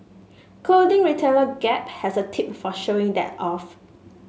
clothing retailer Gap has a tip for showing that off